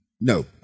no